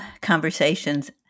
conversations